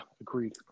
agreed